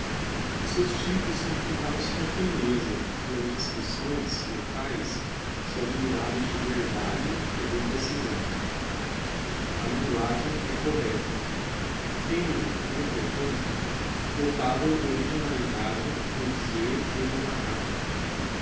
os seus typos são pintados com firmeza e as descripções locaes são admiráveis de verdade e de precisão a linguagem é correcta tendo entretanto notável originalidade no dizer e no